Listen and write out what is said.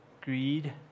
Greed